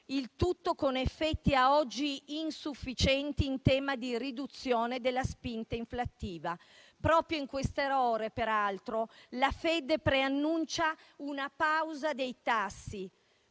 Il tutto con effetti a oggi insufficienti in tema di riduzione della spinta inflattiva. Proprio in queste ore, peraltro, la Fed preannuncia una pausa dei tassi.